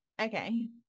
Okay